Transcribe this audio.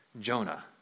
Jonah